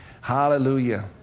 Hallelujah